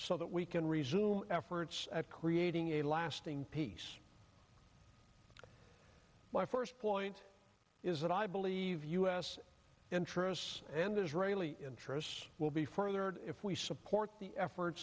so that we can resume efforts at creating a lasting peace my first point is that i believe u s interests and israeli interests will be furthered if we support the effort